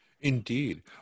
Indeed